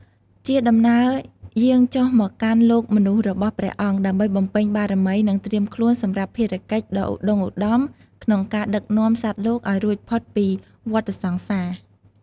ជាដំណើរយាងចុះមកកាន់លោកមនុស្សរបស់ព្រះអង្គ ដើម្បីបំពេញបារមី និងត្រៀមខ្លួនសម្រាប់ភារកិច្ចដ៏ឧត្ដុង្គឧត្ដមក្នុងការដឹកនាំសត្វលោកឱ្យរួចផុតពីវដ្តសង្សារ។